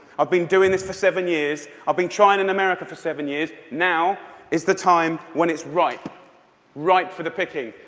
i've been doing this for seven years. i've been trying in america for seven years. now is the time when it's ripe ripe for the picking.